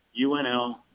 UNL